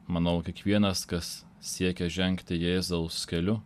manau kiekvienas kas siekia žengti jėzaus keliu